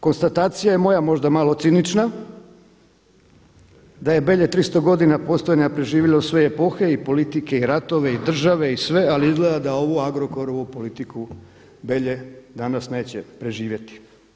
Konstatacija je moja možda malo cinična, da je Belje 300 godina postojanja preživjelo sve epohe i politike i ratove i države i sve, ali izgleda da ovu Agrokorovu politiku Belje danas neće preživjeti.